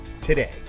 today